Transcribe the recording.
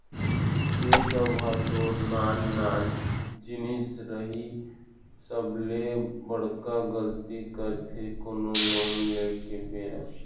ए सब ह तो नान नान जिनिस हरय सबले बड़का गलती करथे कोनो लोन ले के बेरा